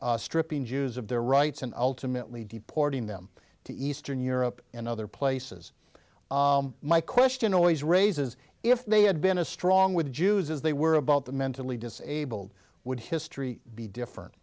stripping jews of their rights and ultimately deporting them to eastern europe and other places my question always raises if they had been a strong with jews as they were about the mentally disabled would history be different